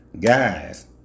guys